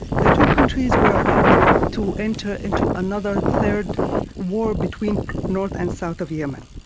the two countries were about to enter into another third war between north and south of yemen.